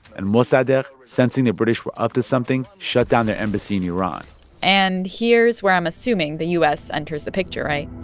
and mossadegh, sensing the british were up to something, shut down their embassy in iran and here's where i'm assuming the u s. enters the picture, right?